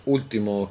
Ultimo